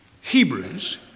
Hebrews